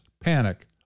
panic